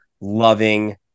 loving